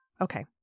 Okay